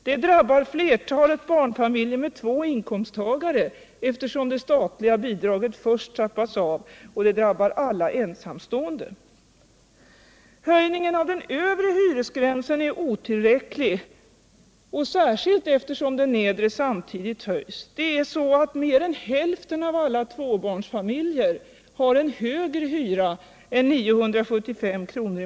Det drabbar flertalet barnfamiljer med två inkomsttagare, eftersom det statliga bidraget trappas av, och det drabbar alla hushåll utan barn. Höjningen av den övre hyresgränsen är otillräcklig, särskilt eftersom den nedre samtidigt höjs. Mer än hälften av alla tvåbarnsfamiljer har en högre hyra än 975 kr.